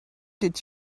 did